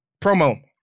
Promo